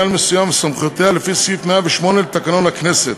מסוים וסמכויותיה לפי סעיף 108 לתקנון הכנסת,